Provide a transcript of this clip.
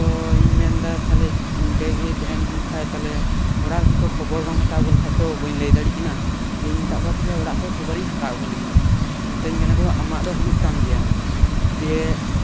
ᱛᱚ ᱤᱧ ᱢᱮᱱ ᱮᱫᱟ ᱛᱟᱦᱞᱮ ᱱᱚᱰᱮᱜᱮ ᱛᱟᱦᱮᱱ ᱦᱩᱭᱩᱜ ᱠᱷᱟᱱ ᱛᱟᱦᱞᱮ ᱚᱲᱟᱜ ᱨᱮ ᱛᱚ ᱠᱷᱚᱵᱚᱨ ᱵᱟᱢ ᱦᱟᱛᱟᱣ ᱟᱜᱩ ᱞᱮᱠᱷᱟᱱ ᱛᱚ ᱠᱷᱚᱵᱚᱨ ᱵᱟᱹᱧ ᱞᱟᱹᱭ ᱫᱟᱲᱮᱭᱟᱜ ᱠᱟᱱᱟ ᱫᱤᱭᱮᱧ ᱢᱮᱛᱟᱜ ᱠᱚᱣᱟ ᱚᱲᱟᱜ ᱠᱷᱚᱱ ᱠᱷᱚᱵᱚᱨᱤᱧ ᱦᱟᱛᱟᱣ ᱟᱜᱩ ᱞᱮᱜᱮ ᱢᱤᱛᱟᱹᱧ ᱠᱟᱱᱟ ᱠᱚ ᱟᱢᱟᱜ ᱫᱚ ᱦᱩᱭᱩᱜ ᱛᱟᱢ ᱜᱮᱭᱟ ᱫᱤᱭᱮ